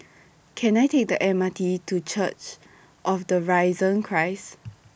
Can I Take The M R T to Church of The Risen Christ